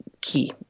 key